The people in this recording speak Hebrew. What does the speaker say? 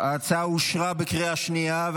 שההצעה אושרה בקריאה שנייה.